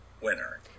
winner